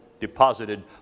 deposited